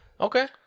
okay